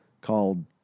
called